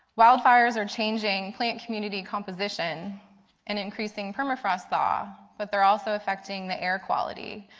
wildfires are changing, plant community composition and increasing permafrost thaw, but they are also affecting the air-quality.